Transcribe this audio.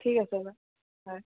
ঠিক আছে বাৰু হয়